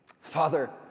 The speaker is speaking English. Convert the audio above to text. Father